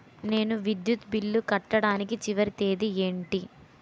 నేను విద్యుత్ బిల్లు కట్టడానికి చివరి తేదీ ఏంటి?